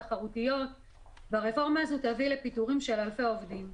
תחרותיות והרפורמה הזו תביא לפיטורים של אלפי עובדים.